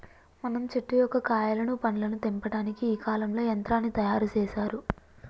మనం చెట్టు యొక్క కాయలను పండ్లను తెంపటానికి ఈ కాలంలో యంత్రాన్ని తయారు సేసారు